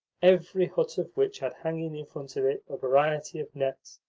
every hut of which had hanging in front of it a variety of nets,